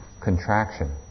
contraction